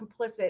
complicit